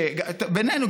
בינינו,